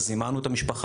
זימנו את המשפחה.